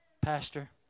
Pastor